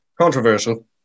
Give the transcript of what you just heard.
Controversial